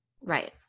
Right